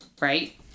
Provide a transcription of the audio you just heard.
Right